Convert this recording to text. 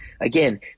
Again